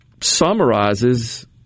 summarizes